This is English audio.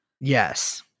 Yes